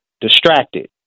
distracted